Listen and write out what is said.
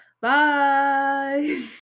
Bye